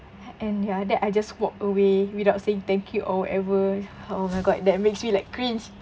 ha~ and ya I just walked away without saying thank you or whatever oh my god that makes me like cringe